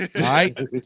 right